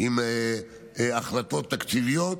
עם החלטות תקציביות